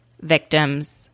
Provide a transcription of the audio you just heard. victims